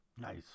Nice